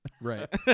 Right